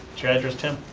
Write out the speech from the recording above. your address, tim.